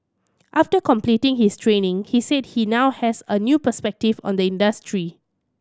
after completing his training he said he now has a new perspective on the industry